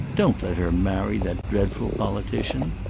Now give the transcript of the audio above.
don't let her marry that dreadful politician.